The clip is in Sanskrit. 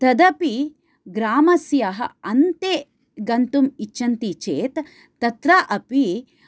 तदपि ग्रामस्य अन्ते गन्तुम् इच्छन्ति चेत् तत्र अपि